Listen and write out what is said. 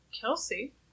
Kelsey